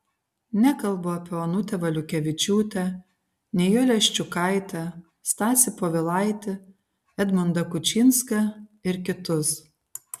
nekalbu apie onutę valiukevičiūtę nijolę ščiukaitę stasį povilaitį edmundą kučinską ir kitus